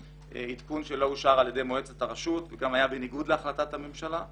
עדכון שלא אושר על ידי מועצת הרשות וגם היה בניגוד להחלטת הממשלה.